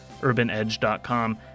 UrbanEdge.com